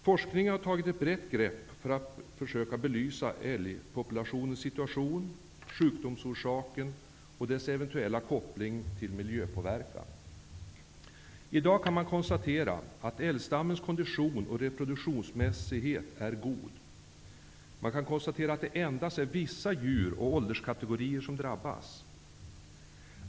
Forskningen har tagit ett brett grepp för att bl.a. belysa älgpopulationens situation, sjukdomsorsaken och dess eventuella koppling till miljöpåverkan. I dag vet man: Älgstammen är konditions och reproduktionsmässigt god. Endast vissa djur och ålderskategorier drabbas.